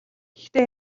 гэхдээ